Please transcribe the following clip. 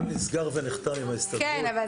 זה נסגר ונחתם עם ההסתדרות.